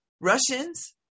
Russians